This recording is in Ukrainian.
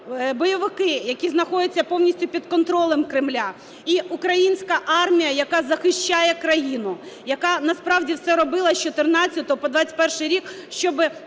бойовики, які знаходяться повністю під контролем Кремля, і українська армія, яка захищає країну, яка насправді все робила з 14-го по 21-й рік, щоб